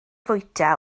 fwyta